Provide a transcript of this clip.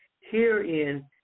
Herein